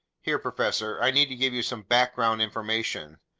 here, professor, i need to give you some background information,